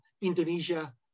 Indonesia